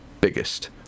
biggest